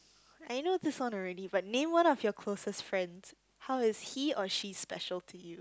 I know this one already but name one of your closest friends how is he or she special to you